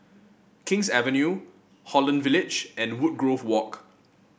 King's Avenue Holland Village and Woodgrove Walk